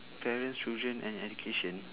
parents children and education